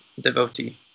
devotee